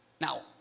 Now